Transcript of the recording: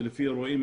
זה לפי אירועים,